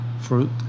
fruit